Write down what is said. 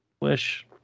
wish